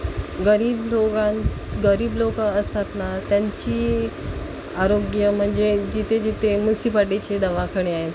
गरीब लोकां गरीब लोकं असतात ना त्यांची आरोग्य म्हणजे जिथे जिथे मुसीपाटीचे दवाखाने आहेत